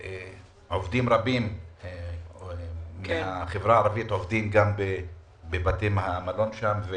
רבים מהחברה הערבית עובדים בבתי המלון שם.